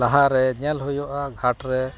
ᱞᱟᱦᱟᱨᱮ ᱧᱮᱞ ᱦᱩᱭᱩᱜᱼᱟ ᱜᱷᱟᱴᱨᱮ